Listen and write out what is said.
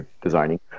designing